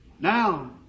Now